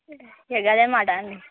ఇక గదేమాటా అండి